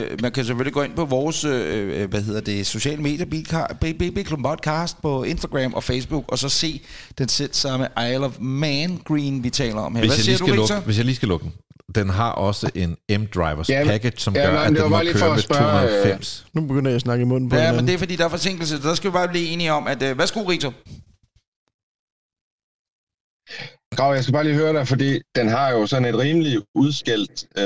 Man kan selvfølgelig gå ind på vores, øh, øh, hvad hedder det, social media, B- B- B Club Podcast på Instagram og Facebook, og så se den selvsamme Isle of Man Green, vi taler om her. Hvis Hvad jeg siger lige du, skal Ritter? lukke- hvis jeg lige skal lukke den. Den har også en M-drivers Ja, men- package, som ja, gør, men at den- det var den må bare lige køre for at med spørge- 290. Nu begynder jeg at snakke i munden på Ja, hinanden. men det er fordi, der er forsinkelse, så der skal vi bare blive enige om, at, øh, værsgo, Ritter. Grav, jeg skal bare lige høre dig, fordi den har jo sådan et rimeligt udskældt, øh,